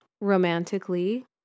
romantically